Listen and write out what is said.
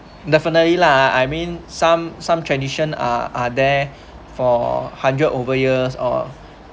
definitely lah I I mean some some tradition are are there for hundred over years or